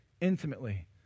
intimately